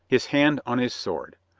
his hand on his sword.